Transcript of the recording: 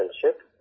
friendship